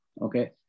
Okay